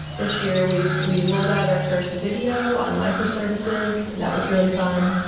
this year, we we rolled out our first video on microservices, and that was really fun.